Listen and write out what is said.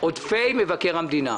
עודפי משרד מבקר המדינה.